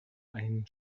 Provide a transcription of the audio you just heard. ein